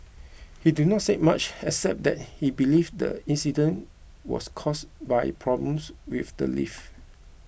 he did not say much except that he believes the incident was caused by problems with the lift